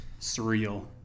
Surreal